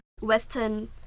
western